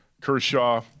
Kershaw